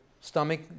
stomach